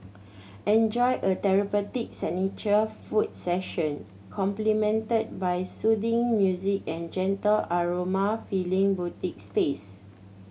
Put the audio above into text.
enjoy a therapeutic signature foot session complimented by the soothing music and gentle aroma filling boutique space